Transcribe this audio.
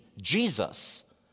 Jesus